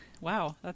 Wow